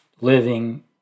living